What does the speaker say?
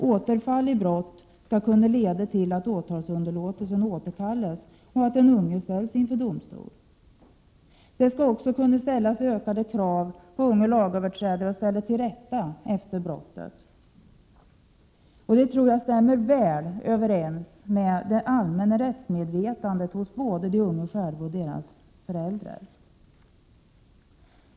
Återfall i brott skall kunna leda till att åtalsunderlåtelsen återkallas och att den unge lagöverträdaren ställs inför domstol. Vidare skall man också kunna ställa större krav på unga lagöverträdare när det gäller att ställa saker och ting till rätta efter ett brott. Detta tror jag stämmer väl överens med det allmänna rättsmedvetandet hos både de unga själva och deras föräldrar.